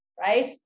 right